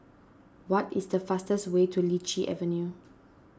what is the fastest way to Lichi Avenue